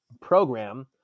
program